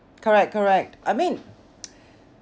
correct correct I mean